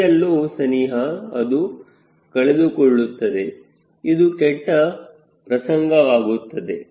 𝑉LO ಸನಿಹ ಅದು ಕಳೆದುಕೊಳ್ಳುತ್ತದೆ ಇದು ಕೆಟ್ಟ ಪ್ರಸನ್ನವಾಗುತ್ತದೆ